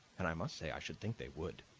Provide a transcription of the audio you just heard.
and i must say i should think they would.